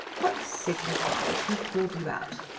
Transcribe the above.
what signifies who pulled you out,